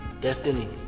destiny